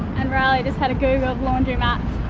and riley just had a google of laundromats,